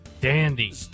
Dandy